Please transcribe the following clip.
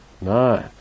No